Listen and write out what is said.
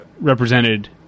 represented